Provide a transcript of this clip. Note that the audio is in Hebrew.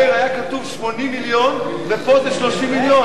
בדברי ההסבר היה כתוב 80 מיליון ופה זה 30 מיליון.